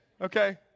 okay